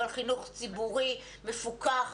אבל חינוך ציבורי מפוקח,